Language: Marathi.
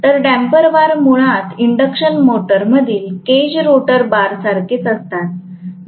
तर डॅम्पर बार मुळात इंडक्शन मोटरमधील केज रोटर बारसारखेच असतात